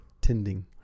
tending